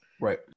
Right